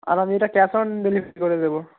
আর আমি এটা cash on delivery করে দেবো